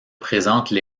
présentent